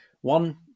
one